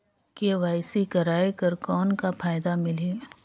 KYC कराय कर कौन का फायदा मिलही?